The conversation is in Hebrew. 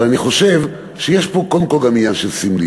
אבל אני חושב שיש פה קודם כול גם עניין של סמליות,